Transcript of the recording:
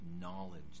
knowledge